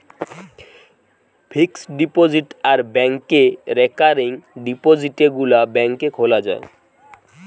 fixed deposit আর ব্যাংকে recurring ডিপোজিটে গুলা ব্যাংকে খোলা যায়